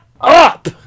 up